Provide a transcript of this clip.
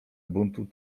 buntu